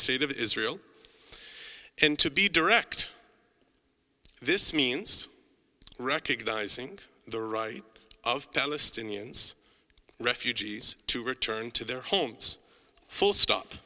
state of israel and to be direct this means recognizing the right of palestinians refugees to return to their homes full stop